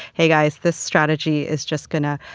hey, guys, this strategy is just going to,